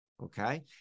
Okay